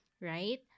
right